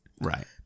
Right